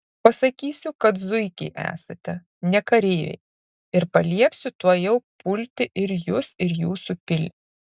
pasakysiu kad zuikiai esate ne kareiviai ir paliepsiu tuojau pulti ir jus ir jūsų pilį